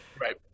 right